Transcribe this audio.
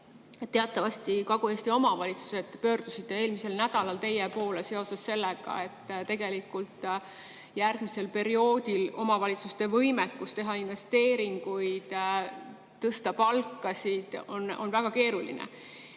Teatavasti Kagu-Eesti omavalitsused pöördusid eelmisel nädalal teie poole seoses sellega, et järgmisel perioodil on omavalitsuste võimekus teha investeeringuid ja tõsta palkasid [väike]